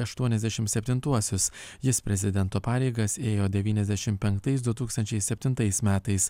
aštuoniasdešim septintuosius jis prezidento pareigas ėjo devyniasdešim penktais du tūkstančiai septintais metais